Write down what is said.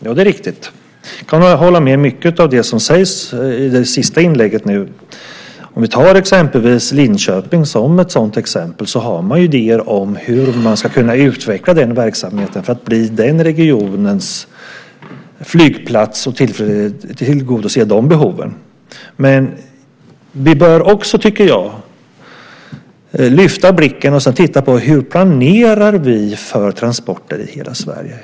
Fru talman! Det är riktigt. Jag kan hålla med om mycket av det som sägs i det sista inlägget. Vi kan ta Linköping som ett sådant exempel. Man har idéer om hur man ska kunna utveckla den verksamheten för att bli den regionens flygplats och tillgodose de behoven. Man jag tycker också att vi bör lyfta blicken och titta på hur vi planerar för transporter i hela Sverige.